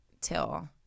till